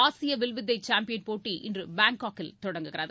ஆசிய வில்வித்தை சாம்பியன் போட்டி இன்று பாங்காக்கில் தொடங்குகிறது